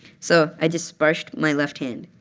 so i just sparshed my left hand.